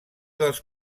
dels